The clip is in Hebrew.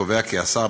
קובע כי השר,